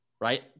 right